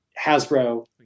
Hasbro